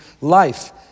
life